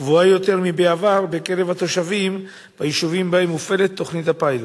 גבוהה יותר מבעבר בקרב התושבים ביישובים שבהם מופעלת תוכנית הפיילוט?